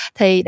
Thì